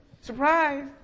Surprise